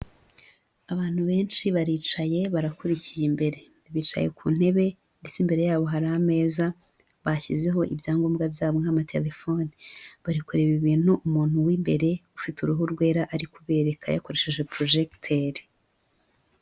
Abantu benshi baricaye barakurikiye imbere, bicaye ku ntebe ndetse imbere yabo hari ameza bashyizeho ibyangombwa byabo nk'amatelefone, bari kureba ibintu umuntu w'imbere ufite uruhu rwera ari kubereka yakoresheje porojegiteri.